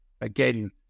again